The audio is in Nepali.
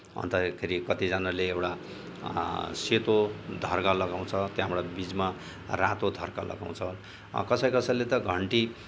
अन्तखेरि कतिजनाले एउटा सेतो धर्का लगाउँछ त्यहाँबाट बिचमा रातो धर्का लगाउँछ कसै कसैले त घन्टी